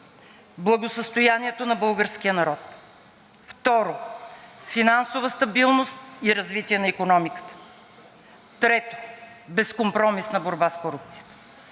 благосъстоянието на българския народ. Второ, финансова стабилност и развитие на икономиката. Трето, безкомпромисна борба с корупцията.